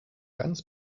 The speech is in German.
ganz